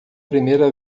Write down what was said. primeira